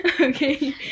Okay